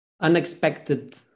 unexpected